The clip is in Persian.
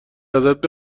ازت